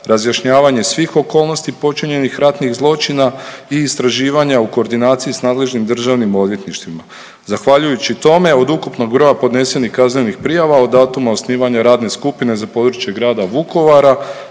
razjašnjavanje svih okolnosti počinjenih ratnih zločina i istraživanja u koordinaciji sa nadležnim državnim odvjetništvima. Zahvaljujući tome od ukupnog broja podnesenih kaznenih prijava od datuma osnivanja radne skupine za područje grada Vukovara